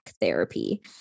therapy